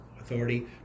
Authority